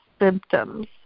symptoms